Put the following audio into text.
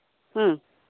ᱦᱮᱸ